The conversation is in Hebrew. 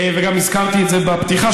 גם הזכרתי את זה בפתיחה,